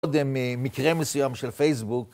עוד מקרה מסוים של פייסבוק.